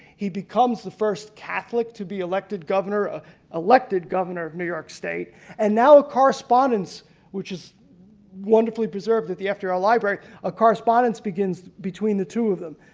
he becomes the first catholic to be elected governor. ah elected governor of new york state and now a correspondence which is wonderfully preserved at the fdr library of ah correspondence begins between the two of them.